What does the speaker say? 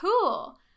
cool